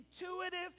intuitive